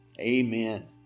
amen